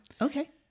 Okay